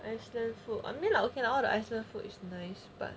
iceland food I mean lah okay lah all the iceland food is nice but